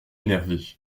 énervé